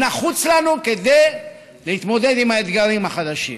הוא נחוץ לנו כדי להתמודד עם האתגרים החדשים.